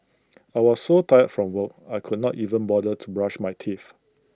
I was so tired from work I could not even bother to brush my teeth